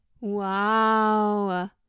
Wow